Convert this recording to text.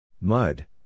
Mud